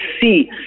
see